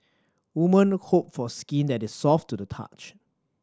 woman hope for skin that is soft to the touch